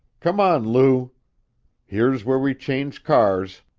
come on, lou here's where we change cars.